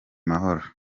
mahoro